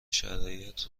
شرایط